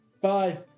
Bye